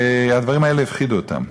והדברים האלה הפחידו אותם.